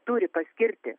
turi paskirti